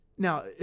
Now